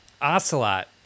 Ocelot